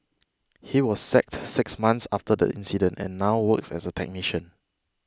he was sacked six months after the incident and now works as a technician